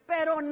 Pero